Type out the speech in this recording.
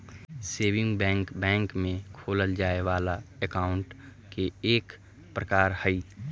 saving bank bank में खोलल जाए वाला अकाउंट के एक प्रकार हइ